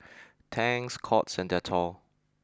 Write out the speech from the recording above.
Tangs Courts and Dettol